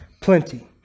plenty